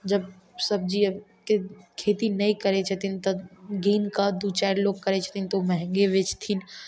जब सब्जी के खेती नहि करय छथिन तऽ गिन कऽ दू चारि लोग करय छथिन तऽ उ महँगे बेचथिन